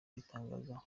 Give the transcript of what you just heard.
abitangazaho